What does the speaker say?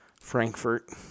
Frankfurt